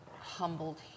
humbled